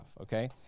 okay